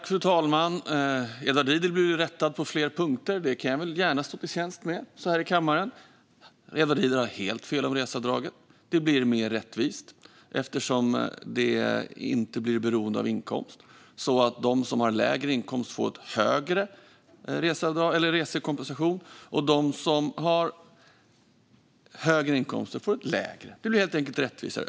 Fru talman! Edward Riedl vill bli rättad på fler punkter. Det kan jag väl gärna stå till tjänst med här i kammaren. Edward Riedl har helt fel om reseavdraget. Det blir mer rättvist eftersom det inte blir beroende av inkomst. De som har lägre inkomst får en högre resekompensation, och de som har högre inkomst får en lägre kompensation. Det blir helt enkelt rättvisare.